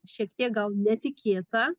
šiek tiek gal netikėta